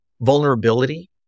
vulnerability